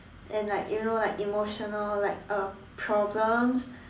and like you know like emotional like uh problems